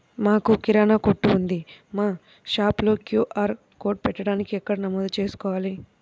మాకు కిరాణా కొట్టు ఉంది మా షాప్లో క్యూ.ఆర్ కోడ్ పెట్టడానికి ఎక్కడ నమోదు చేసుకోవాలీ?